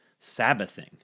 Sabbathing